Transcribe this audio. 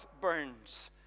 burns